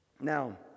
Now